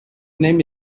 name